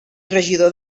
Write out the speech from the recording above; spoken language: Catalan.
regidor